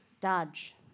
Dodge